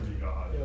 God